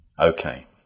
Okay